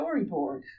storyboard